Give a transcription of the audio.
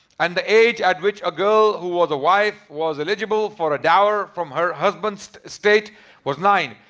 and the age at which a girl who was a wife was eligible for a dower from her husband's state was nine